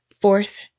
fourth